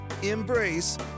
Embrace